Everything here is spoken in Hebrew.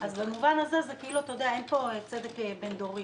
במובן הזה, אין פה צדק בין-דורי.